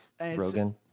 Rogan